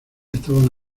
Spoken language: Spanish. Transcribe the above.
estaban